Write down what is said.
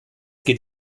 geht